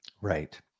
Right